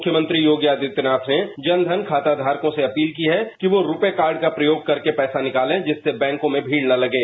मुख्यमंत्री योगी आदित्यनाथ ने जन धन खाता धारकों से अपील की है कि वे रुपे कार्ड का प्रयोग कर धन निकासी करें जिससे बैंकों में भीड़ नहीं लगे